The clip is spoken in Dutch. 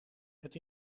het